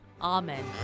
Amen